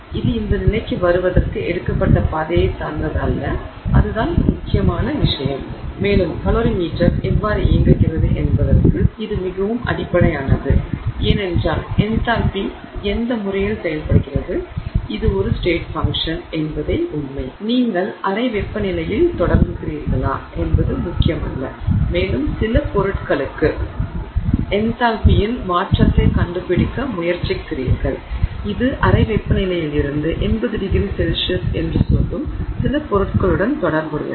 எனவே இது இந்த நிலைக்கு வருவதற்கு எடுக்கப்பட்ட பாதையை சார்ந்தது அல்ல அதுதான் முக்கியமான விஷயம் மேலும் கலோரிமீட்டர் எவ்வாறு இயங்குகிறது என்பதற்கு இது மிகவும் அடிப்படையானது ஏனென்றால் என்தால்பி எந்த முறையில் செயல்படுகிறது இது ஒரு ஸ்டேட் ஃபங்ஷன் என்பதே உண்மை நீங்கள் அறை வெப்பநிலையில் தொடங்குகிறீர்களா என்பது முக்கியமல்ல மேலும் சில பொருட்களுக்கு என்தால்பியில் மாற்றத்தைக் கண்டுபிடிக்க முயற்சிக்கிறீர்கள் இது அறை வெப்பநிலையிலிருந்து 80ºC என்று சொல்லும் சில பொருட்களுடன் தொடர்புடையது